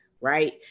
right